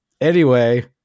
anyway-